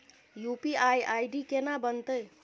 UPI ID केना बनतै?